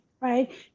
right